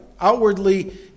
Outwardly